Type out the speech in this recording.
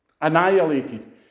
Annihilated